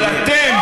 אבל אתם,